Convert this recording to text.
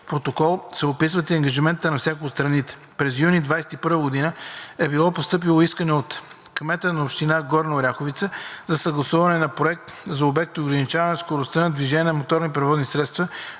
протокол се описват и ангажиментите на всяка от страните. През юни 2021 г. е било постъпило искане от кмета на община Горна Оряховица за съгласуване на проект за обект „Ограничаване скоростта на движение на моторни превозни средства